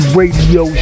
radio